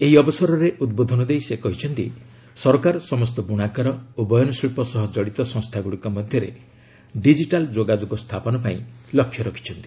ଏହି ଅବସରରେ ଉଦ୍ବୋଧନ ଦେଇ ସେ କହିଛନ୍ତି ସରକାର ସମସ୍ତ ବୁଣାକାର ଓ ବୟନ ଶିଳ୍ପ ସହ ଜଡ଼ିତ ସଂସ୍ଥାଗୁଡ଼ିକ ମଧ୍ୟରେ ଡିକିଟାଲ୍ ଯୋଗାଯୋଗ ସ୍ଥାପନ ପାଇଁ ଲକ୍ଷ୍ୟ ରଖିଛନ୍ତି